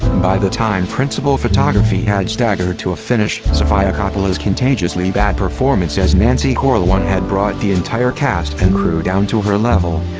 by the time principal photography had staggered to a finish, sofia coppola's contagiously bad performance as nancy corleone had brought the entire cast and crew down to her level.